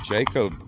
Jacob